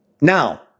Now